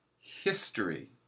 history